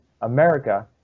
America